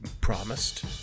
promised